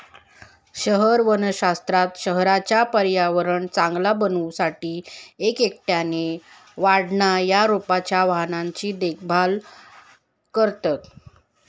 शहर वनशास्त्रात शहराचा पर्यावरण चांगला बनवू साठी एक एकट्याने वाढणा या रोपांच्या वाहनांची देखभाल करतत